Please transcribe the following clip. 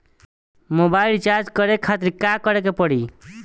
Mobile recharge करे खातिर का करे के पड़ी?